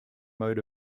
mode